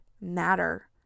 matter